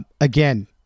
Again